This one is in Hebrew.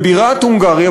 בבירת הונגריה,